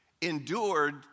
endured